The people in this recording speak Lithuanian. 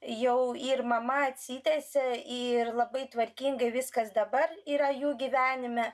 jau ir mama atsitiesė ir labai tvarkingai viskas dabar yra jų gyvenime